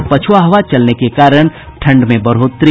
और पछुआ हवा चलने के कारण ठंड में बढ़ोतरी